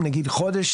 חודש.